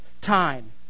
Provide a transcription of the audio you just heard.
time